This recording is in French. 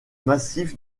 massif